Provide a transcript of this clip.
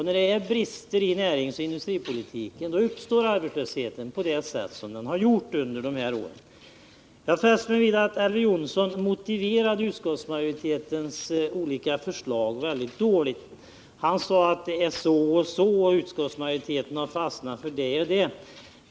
När det finns brister i näringsoch industripolitiken uppstår det arbetslöshet på det sätt som det har gjort under de senaste åren. Jag fäste mig vid att Elver Jonsson motiverade utskottsmajoritetens olika förslag väldigt dåligt. Han sade att det är så och så och att utskottsmajoriteten har fastnat för det och det.